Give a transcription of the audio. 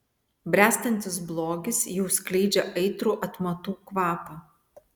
bręstantis blogis jau skleidžia aitrų atmatų kvapą